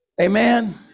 Amen